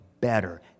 better